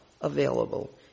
available